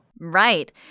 Right